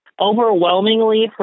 overwhelmingly